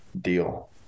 deal